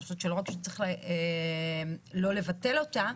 שאני חושבת שלא רק שצריך לא לבטל אותה,